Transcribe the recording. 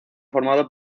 formado